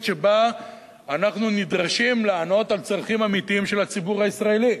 שבה אנחנו נדרשים לענות על צרכים אמיתיים של הציבור הישראלי.